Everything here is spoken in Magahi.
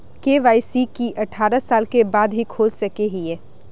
के.वाई.सी की अठारह साल के बाद ही खोल सके हिये?